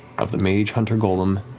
of the mage hunter golem,